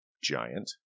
giant